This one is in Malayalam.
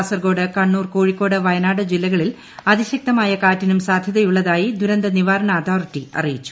കാസർഗോഡ് കണ്ണൂർ കോഴിക്കോട് വയനാട് ജില്ലകളിൽ അതിശക്തമായ കാറ്റിനും സാധൃതയുള്ളതായി ദുർന്തനിവാരണ അതോറിറ്റി അറിയിച്ചു